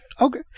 Okay